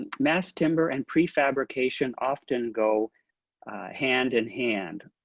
ah mass timber and pre-frabrication often go hand in hand.